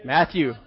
Matthew